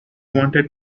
wanted